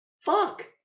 Fuck